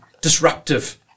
disruptive